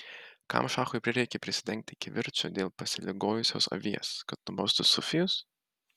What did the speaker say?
kam šachui prireikė prisidengti kivirču dėl pasiligojusios avies kad nubaustų sufijus